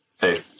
hey